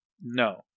No